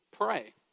pray